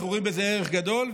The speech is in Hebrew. אנחנו רואים בזה ערך גדול,